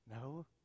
no